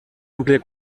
àmplia